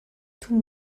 tout